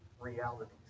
realities